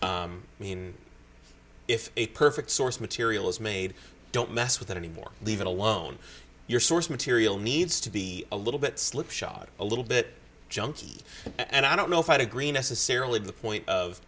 i mean if a perfect source material is made don't mess with it anymore leave it alone your source material needs to be a little bit slipshod a little bit junky and i don't know if i agree necessarily the point of